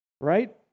right